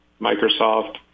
Microsoft